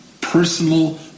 personal